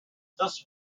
thus